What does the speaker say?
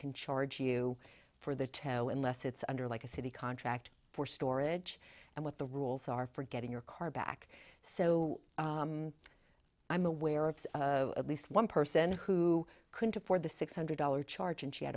can charge you for the tell unless it's under like a city contract for storage and what the rules are for getting your car back so i'm aware of at least one person who couldn't afford the six hundred dollars charge and she had